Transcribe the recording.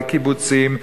לקיבוצים,